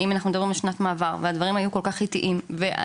אם אנחנו מדברים על שנת מעבר והדברים היו כל כך איטיים ואנשים